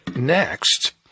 Next